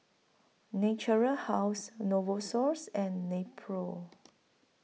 Natura House Novosource and Nepro